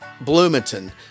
Bloomington